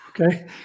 Okay